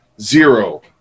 Zero